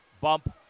bump